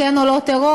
כן או לא טרור,